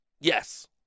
Yes